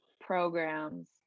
programs